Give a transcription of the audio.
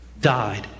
died